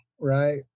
Right